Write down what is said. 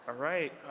ah right.